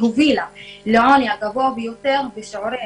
הובילה לעוני הגבוה ביותר בשיעורי